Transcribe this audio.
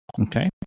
Okay